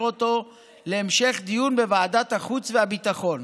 אותו להמשך דיון בוועדת החוץ והביטחון.